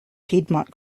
piedmont